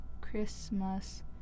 Christmas